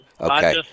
Okay